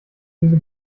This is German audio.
diese